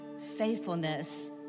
faithfulness